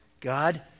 God